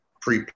pre